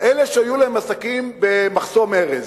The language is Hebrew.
אלה שהיו להם עסקים במחסום ארז,